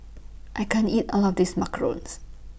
I can't eat All of This Macarons